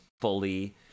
fully